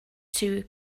two